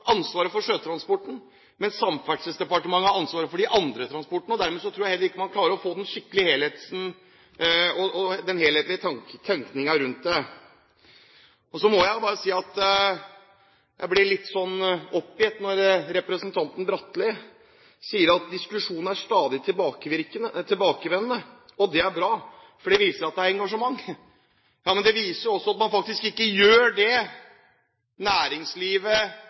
ansvaret for sjøtransporten, mens Samferdselsdepartementet har ansvaret for de andre transportformene. Dermed tror jeg at man heller ikke klarer å få en skikkelig, helhetlig tenkning rundt det. Så må jeg bare si at jeg blir litt oppgitt når representanten Bratli sier at diskusjonene er «stadig tilbakevendende», og det er bra, for det viser at det er engasjement. Men det viser jo også at man faktisk ikke gjør det næringslivet